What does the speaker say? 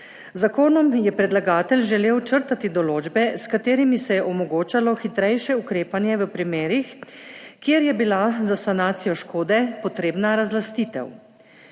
zakonom je predlagatelj želel črtati določbe, s katerimi se je omogočalo hitrejše ukrepanje v primerih, kjer je bila za sanacijo škode potrebna razlastitev.